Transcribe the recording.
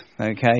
okay